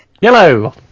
yellow